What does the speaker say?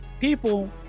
people